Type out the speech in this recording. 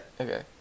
Okay